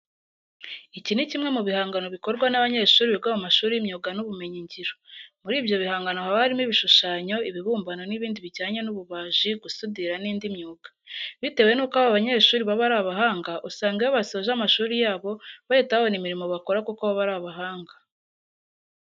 Iki ni kimwe mu bihangano bikorwa n'abanyeshuri biga mu mashuri y'imyuga n'ibumenyingiro. Muri ibyo bihangano haba harimo ibishushanyo, ibibumbano n'ibindi bijyanye n'ububaji, gusudira n'indi myuga. Bitewe nuko aba banyeshuri baba ari abahanga usanga iyo basoje amashuri yabo bahita babona imirimo bakora kuko baba ari abahanga.